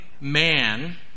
man